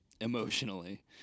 emotionally